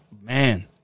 man